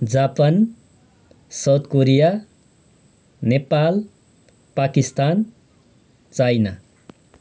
Japan South Korea Nepal Pakistan China